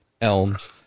Elms